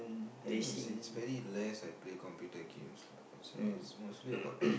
I think it's it's very less I play computer games lah that's why it's mostly about